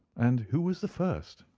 and who was the first?